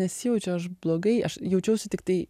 nesijaučiau aš blogai aš jaučiausi tiktai